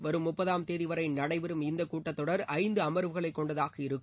வரும் முப்பதாம் தேதிவரை நடைபெறும் இந்த கூட்டத் தொடர் ஐந்து அமர்வுகளை கொண்டதாக இருக்கும்